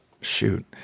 Shoot